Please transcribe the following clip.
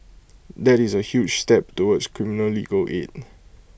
that is A huge step towards criminal legal aid